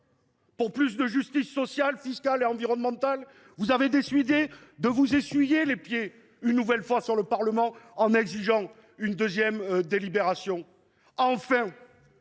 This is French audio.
pour plus de justice sociale, fiscale et environnementale, vous avez décidé de vous essuyer les pieds une nouvelle fois sur le Parlement en exigeant une deuxième délibération. Et